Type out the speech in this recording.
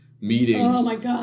meetings